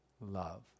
love